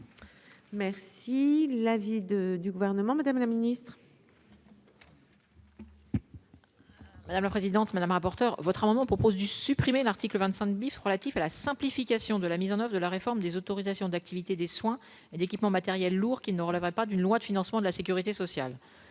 Merci la vie de du gouvernement, Madame la Ministre. Madame la présidente, madame rapporteure votre amendement propose du supprimer l'article 25 beef relatif à la simplification de la mise en oeuvre de la réforme des autorisations d'activités des soins et d'équipements matériels lourds qui ne relèvent pas d'une loi de financement de la Sécurité sociale,